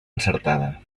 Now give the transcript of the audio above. encertada